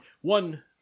one